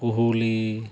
ᱯᱩᱦᱩᱞᱤ